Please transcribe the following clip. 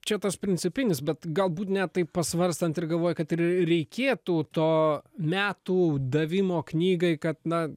čia tas principinis bet galbūt ne taip pasvarstant ir galvoja kad ir reikėtų to metų davimo knygai kad na